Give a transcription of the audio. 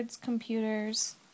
computers